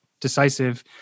decisive